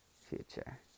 future